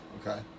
Okay